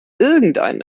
irgendeinen